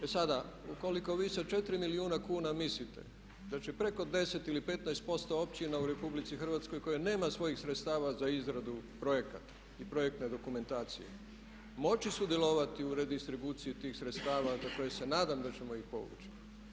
E sada ukoliko vi sa 4 milijuna kuna mislite da će preko 10 ili 15% općina u RH koja nema svojih sredstava za izradu projekata i projektne dokumentacije moći sudjelovati u redistribuciji tih sredstava za koje se nadam da ćemo ih povući.